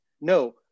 no